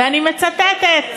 ואני מצטטת: